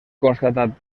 constatat